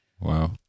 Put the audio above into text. wow